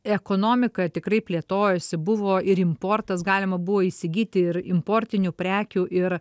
ekonomika tikrai plėtojosi buvo ir importas galima buvo įsigyti ir importinių prekių ir